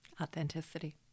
Authenticity